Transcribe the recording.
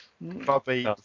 Bobby